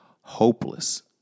hopeless